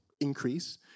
increase